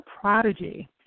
prodigy